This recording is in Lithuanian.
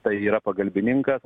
tai yra pagalbininkas